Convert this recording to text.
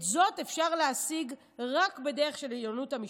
את זאת אפשר להשיג רק בדרך של עליונות המשפט.